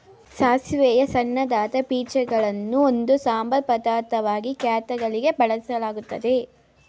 ಸಾಸಿವೆಯ ಸಣ್ಣದಾದ ಬೀಜಗಳನ್ನು ಒಂದು ಸಂಬಾರ ಪದಾರ್ಥವಾಗಿ ಖಾದ್ಯಗಳಿಗೆ ಬಳಸಲಾಗ್ತದೆ